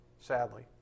sadly